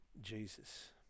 Jesus